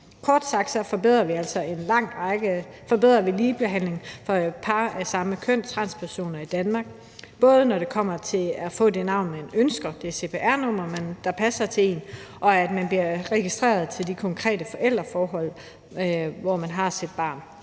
Kort sagt forbedrer vi altså ligebehandlingen for par af samme køn og transpersoner i Danmark, både når det kommer til at få det navn, man ønsker, det cpr-nummer, der passer til en, og at man bliver registreret med de konkrete forældreforhold, man har til sit barn,